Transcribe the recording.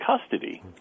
custody